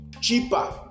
cheaper